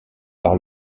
par